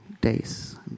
days